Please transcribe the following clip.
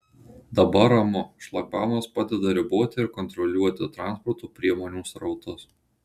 dabar ramu šlagbaumas padeda riboti ir kontroliuoti transporto priemonių srautus